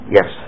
Yes